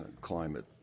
climate